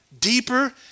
deeper